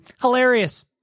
Hilarious